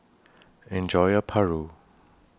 Enjoy your Paru